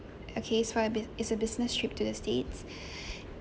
okay so a bu~ it's a business trip to the states